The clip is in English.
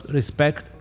respect